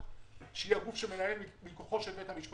לצורך העניין, בהגדרה לא משפטית,